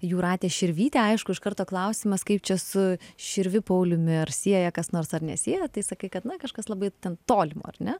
jūratė širvytė aišku iš karto klausimas kaip čia su širviu pauliumi ar sieja kas nors ar nesieja tai sakai kad kažkas labai ten tolimo ar ne